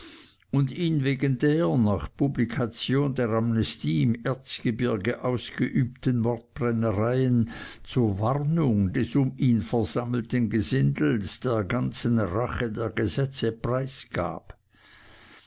und ihn wegen der nach publikation der amnestie im erzgebirge ausgeübten mordbrennereien zur warnung des um ihn versammelten gesindels der ganzen rache der gesetze preisgab